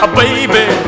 baby